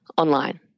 Online